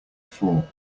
fall